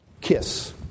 kiss